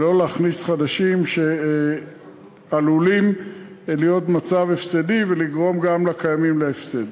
ולא להכניס חדשים שעלולים להיות במצב הפסדי ולגרום גם לקיימים להפסד.